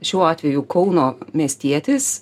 šiuo atveju kauno miestietis